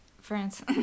France